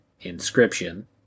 Inscription